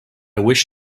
wish